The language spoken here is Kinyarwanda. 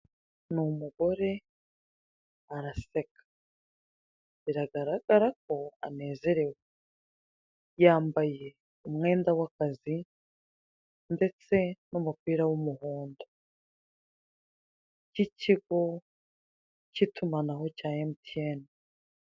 Ni umugore araseka biragaragara ko anezerewe yambaye umwenda w'akazi ndetse n'umupira w'umuhondo cy'ikigo cy'itumanaho cya Emutiyeni.